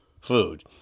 food